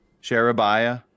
Sherebiah